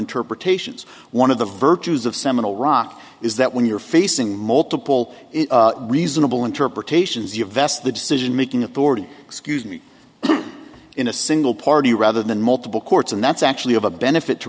interpretations one of the virtues of seminal rock is that when you're facing multiple reasonable interpretations you vest the decision making authority excuse me in a single party rather than multiple courts and that's actually of a benefit to